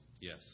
Yes